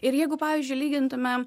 ir jeigu pavyzdžiui lygintume